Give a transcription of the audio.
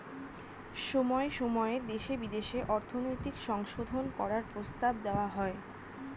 সময়ে সময়ে দেশে বিদেশে অর্থনৈতিক সংশোধন করার প্রস্তাব দেওয়া হয়